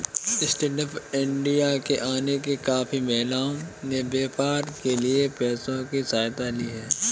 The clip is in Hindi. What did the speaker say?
स्टैन्डअप इंडिया के आने से काफी महिलाओं ने व्यापार के लिए पैसों की सहायता ली है